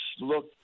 look